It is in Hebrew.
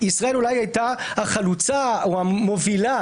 ישראל הייתה אולי החלוצה או המובילה